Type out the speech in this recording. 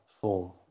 form